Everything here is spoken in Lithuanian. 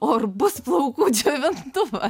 o ar bus plaukų džiovintuvas